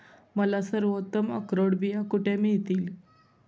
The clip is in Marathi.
मला सर्वोत्तम अक्रोड बिया कुठे मिळतील